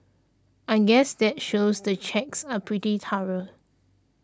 I guess that shows the checks are pretty thorough